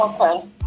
Okay